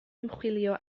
ymchwilio